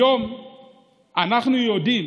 כיום אנחנו יודעים